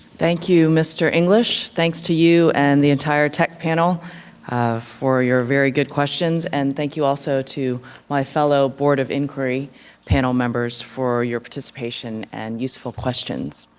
thank you, mr. english. thank to you and the entire tech panel for your very good questions, and thank you also to my fellow board of inquiry panel members for your participation and useful questions.